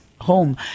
home